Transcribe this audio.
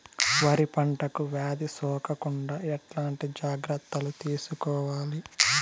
వరి పంటకు వ్యాధి సోకకుండా ఎట్లాంటి జాగ్రత్తలు తీసుకోవాలి?